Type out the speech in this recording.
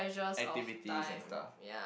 activities and stuff